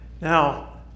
Now